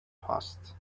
passed